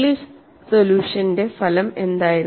Inglis സൊല്യൂഷന്റെ ഫലം എന്തായിരുന്നു